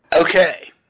Okay